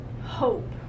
hope